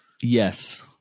Yes